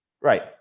Right